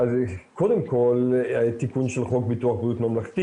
קודם כל תיקון של חוק ביטוח בריאות ממלכתי